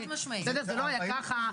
זה לא היה ככה.